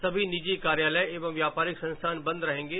सभी निजी कार्यालय एवं व्यापारिक संस्थान बंद रहेंगे